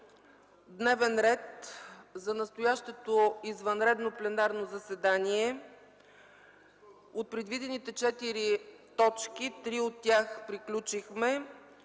дневен ред за настоящото извънредно пленарно заседание от предвидените четири точки – три от тях приключихме,